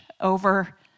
over